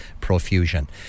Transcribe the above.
profusion